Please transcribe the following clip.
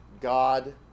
God